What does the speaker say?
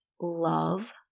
love